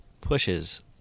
pushes